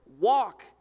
Walk